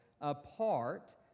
apart